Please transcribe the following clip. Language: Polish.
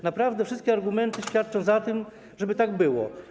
Naprawdę wszystkie argumenty świadczą za tym, żeby tak było.